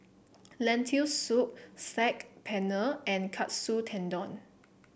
Lentil Soup Saag Paneer and Katsu Tendon